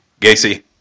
Gacy